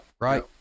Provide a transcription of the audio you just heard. right